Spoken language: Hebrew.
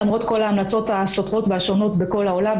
למרות כל ההמלצות הסותרות והשונות בכל העולם,